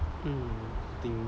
mm